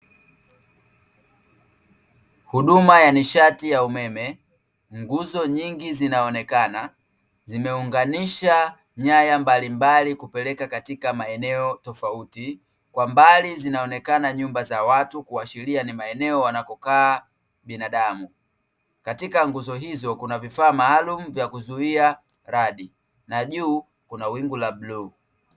Huduma ya nishati ya umeme, nguzo nyingi zinaonekana zimeunganisha nyaya mbalimbali kupeleka katika maeneo tofauti, kwa mbali zinaonekana nyumba za watu kuashiria ni maeneo wanakokaa binadamu, katika nguzo hizo kuna vifaa maalumu vya kuzuia radi na juu kuna wingu la bluu.